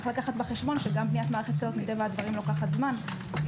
צריך לקחת בחשבון שבניית מערכת כזאת מטבע הדברים לוקחת זמן.